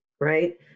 right